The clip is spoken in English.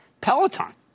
Peloton